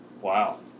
Wow